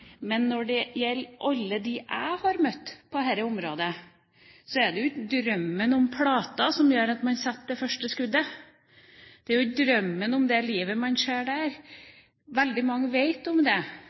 Men når det gjelder alle dem jeg har møtt på dette området, er det jo ikke drømmen om Plata som gjør at man setter det første skuddet, det er jo ikke drømmen om det livet man ser der.